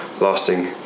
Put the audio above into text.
lasting